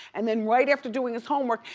and then right after doing his homework,